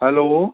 hello